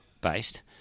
based